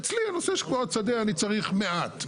אצלי בנושא קבורת שדה אני צריך מעט.